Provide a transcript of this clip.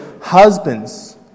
Husbands